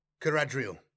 Caradriel